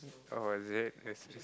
oh is it